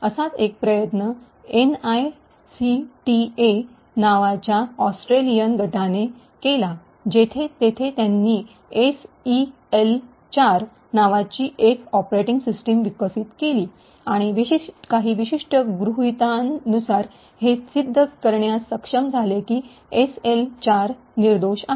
असाच एक प्रयत्न एनआयसीटीए नावाच्या ऑस्ट्रेलियन गटाने केला जेथे तेथे त्यांनी एसईएल ४ नावाची एक ऑपरेटिंग सिस्टम विकसित केली आणि काही विशिष्ट गृहितकांनुसार ते हे सिद्ध करण्यास सक्षम झाले की एसईएल ४ निर्दोष आहे